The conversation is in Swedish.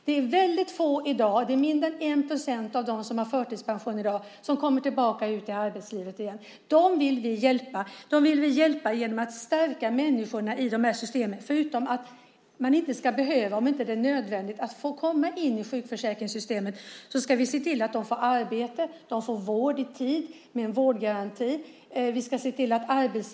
Det är i dag väldigt få, färre än 1 %, av dem som har förtidspension som kommer tillbaka ut i arbetslivet. Dem vill vi hjälpa. Vi vill hjälpa genom att stärka människorna i systemen. Om det inte är nödvändigt ska man inte behöva gå in i sjukförsäkringssystemet. Vi ska i stället se till att de får vård i tid genom en vårdgaranti och att de får arbete.